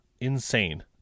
Insane